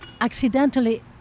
accidentally